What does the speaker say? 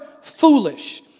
foolish